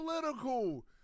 political